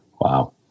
Wow